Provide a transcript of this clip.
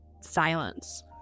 silence